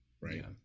right